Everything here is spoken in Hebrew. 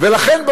ולכן,